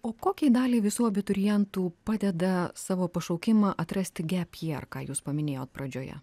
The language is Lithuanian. o kokiai daliai visų abiturientų padeda savo pašaukimą atrasti gepier ką jūs paminėjot pradžioje